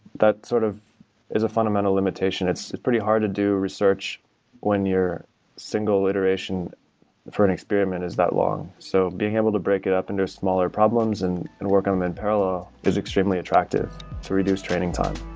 that sort of is a fundamental limitation. it's pretty hard to do research when you're single iteration for an experiment is that long. so being able to break it up into smaller problems and and work on them in parallel is extremely attractive to reduce training time.